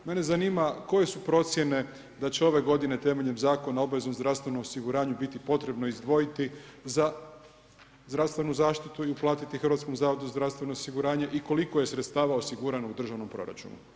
Mene zanima koje su procjene da će ove godine temeljem Zakona o obaveznom zdravstvenom osiguranju biti potrebno izdvojiti za zdravstvenu zaštitu i uplatiti Hrvatskom zavodu za zdravstveno osiguranje i koliko je sredstava osigurano u državnom proračunu.